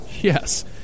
Yes